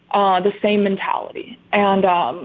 ah the same mentality. and um